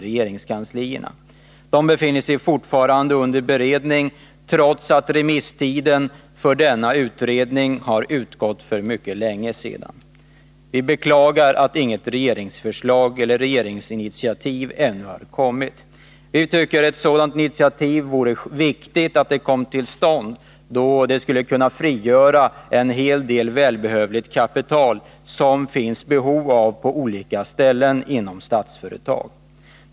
Frågorna befinner sig fortfarande under beredning, trots att remisstiden för denna utredning har utgått för mycket länge sedan. Vi beklagar att ännu inte något regeringsförslag har lagts fram eller något regeringsinitiativ har tagits. Vi tycker att det är viktigt att ett initiativ i den riktning vi föreslagit kommer till stånd, eftersom man därigenom skulle kunna frigöra en hel del kapital, som man har behov av på olika håll inom Statsföretagsgruppen.